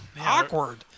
awkward